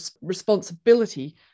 responsibility